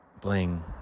Bling